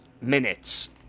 minutes